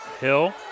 Hill